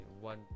one